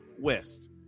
West